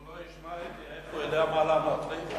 אם הוא לא ישמע אותי, איך הוא ידע מה לענות לי?